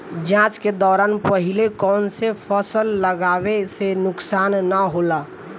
जाँच के दौरान पहिले कौन से फसल लगावे से नुकसान न होला?